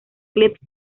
clips